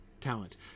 talent